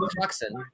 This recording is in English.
toxin